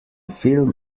film